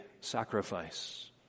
sacrifice